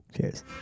Cheers